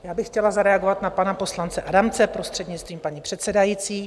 Já bych chtěla zareagovat na pana poslance Adamce, prostřednictvím paní předsedající.